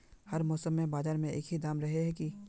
हर मौसम में बाजार में एक ही दाम रहे है की?